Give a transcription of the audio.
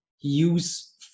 use